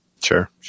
Sure